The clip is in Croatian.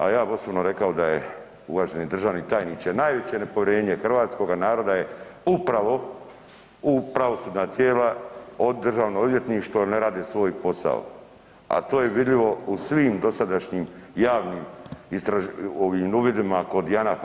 A ja bih osobno rekao da je uvaženi državni tajniče najveće nepovjerenje hrvatskoga naroda je upravo u pravosudna tijela od Državno odvjetništvo ne rade svoj posao, a to je vidljivo u svim dosadašnjim javnim uvidima kod Janafa.